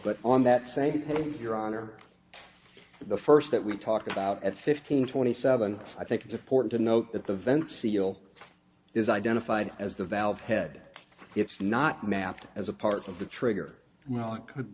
but on that same people your honor the first that we talked about at fifteen twenty seven i think it's important to note that the vent seal is identified as the valve head it's not mapped as a part of the trigger well it could